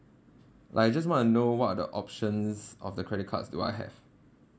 like I just want to know what are the options of the credit cards do I have